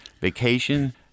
Vacation